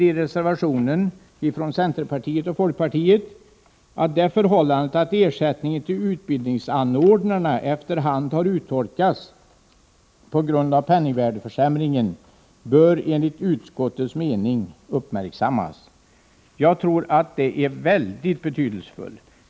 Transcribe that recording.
I reservationen från centerpartiet och folkpartiet säger vi: ”Det förhållandet att ersättningen till utbildningsanordnarna efter hand har urholkats på grund av penningvärdesförsämringen bör enligt utskottets mening uppmärksammas.” Jag tror att detta är mycket viktigt.